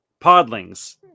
Podlings